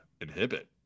inhibit